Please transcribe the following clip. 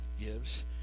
gives